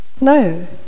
no